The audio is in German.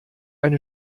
eine